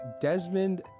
Desmond